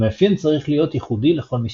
המאפיין צריך להיות ייחודי לכל משתמש.